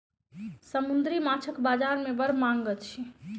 समुद्री माँछक बजार में बड़ मांग अछि